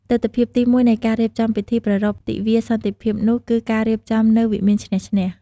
ទិដ្ឋភាពទីមួយនៃការរៀបចំពិធីប្រារព្ធទិវាសន្តិភាពនោះគឺ ការរៀបចំនៅវិមានឈ្នះ-ឈ្នះ។